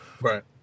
right